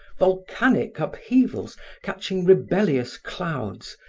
volcanic upheavals catching rebellious clouds,